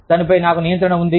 దానిపై నాకు నియంత్రణ ఉంది